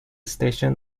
station